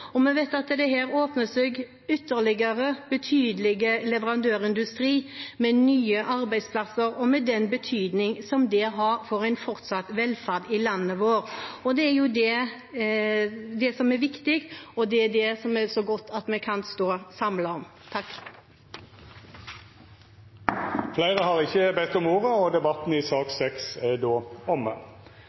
Vi vet at det her ytterligere åpner seg en betydelig leverandørindustri – med nye arbeidsplasser og med den betydningen det har for en fortsatt velferd i landet vårt. Det er jo det som er viktig, og som det er så godt at vi kan stå samlet om. Fleire har ikkje bedt om ordet